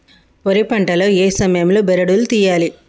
వరి పంట లో ఏ సమయం లో బెరడు లు తియ్యాలి?